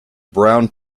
brown